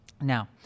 Now